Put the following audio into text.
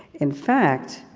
in fact,